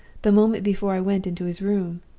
the moment before i went into his room!